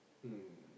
um